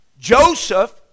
Joseph